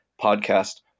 podcast